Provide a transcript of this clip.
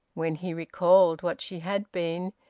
when he recalled what she had been,